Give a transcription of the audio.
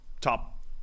top